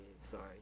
Sorry